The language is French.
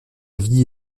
vie